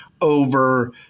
over